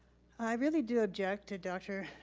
i really do object to dr.